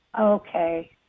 Okay